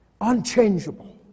unchangeable